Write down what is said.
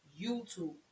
YouTube